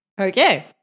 Okay